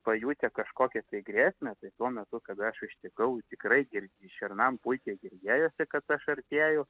pajutę kažkokią tai grėsmę tai tuo metu kada aš užtikau tikrai gir šernam puikiai girdėjosi kad aš artėju